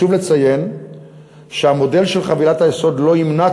חשוב לציין שהמודל של חבילת היסוד לא ימנע,